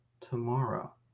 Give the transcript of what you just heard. tomorrow